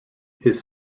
his